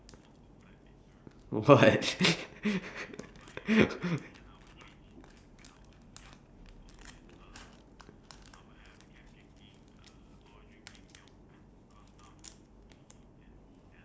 what